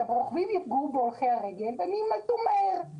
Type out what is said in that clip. הרוכבים יפגעו בהולכי הרגל ויימלטו מהר,